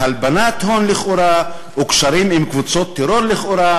בהלבנת הון לכאורה וקשרים עם קבוצות טרור לכאורה,